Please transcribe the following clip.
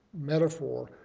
metaphor